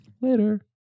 Later